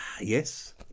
yes